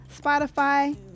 Spotify